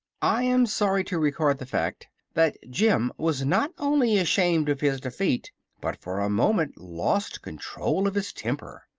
i am sorry to record the fact that jim was not only ashamed of his defeat but for a moment lost control of his temper.